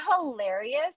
hilarious